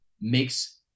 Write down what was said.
makes